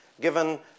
given